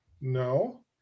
No